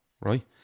right